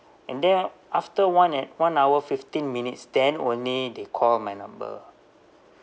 and then after one and one hour fifteen minutes then only they call my number